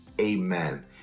Amen